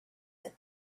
that